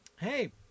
Hey